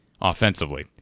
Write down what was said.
offensively